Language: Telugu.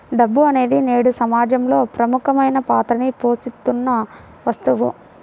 డబ్బు అనేది నేడు సమాజంలో ప్రముఖమైన పాత్రని పోషిత్తున్న వస్తువు